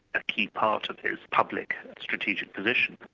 a key part of this public strategic position,